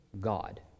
God